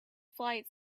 flight